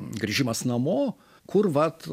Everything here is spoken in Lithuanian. grįžimas namo kur vat